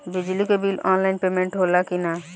बिजली के bill online payment होला कि ना?